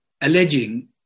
alleging